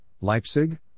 Leipzig